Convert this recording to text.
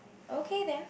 okay then